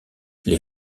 les